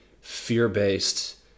fear-based